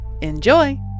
Enjoy